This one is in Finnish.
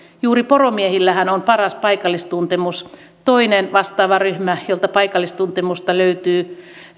juuri poromiehillähän on paras paikallistuntemus toinen vastaava ryhmä jolta paikallistuntemusta löytyy